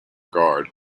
guard